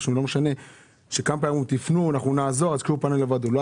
לא עזרו לו - וגם